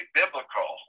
biblical